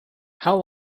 how